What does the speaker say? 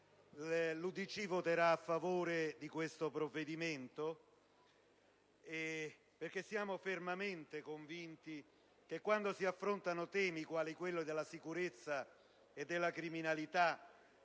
l'UDC voterà a favore di questo provvedimento nella ferma convinzione che, quando si affrontano temi quali quello della sicurezza e della criminalità,